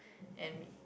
and me